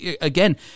Again